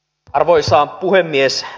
arvoisa puhemies